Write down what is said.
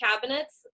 cabinets